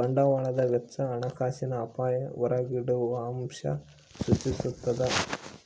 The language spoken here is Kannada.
ಬಂಡವಾಳದ ವೆಚ್ಚ ಹಣಕಾಸಿನ ಅಪಾಯ ಹೊರಗಿಡುವಅಂಶ ಸೂಚಿಸ್ತಾದ